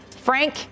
Frank